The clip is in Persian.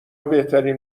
بهترین